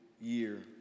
year